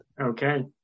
okay